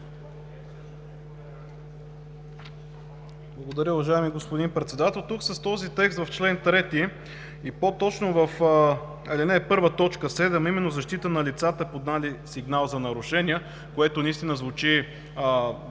Благодаря, уважаеми господин Председател. Тук, с този текст в чл. 3 и по-точно в ал. 1, т. 7, именно защита на лицата, подали сигнал за нарушения, което наистина звучи